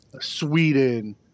Sweden